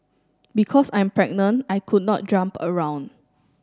because I'm pregnant I could not jump around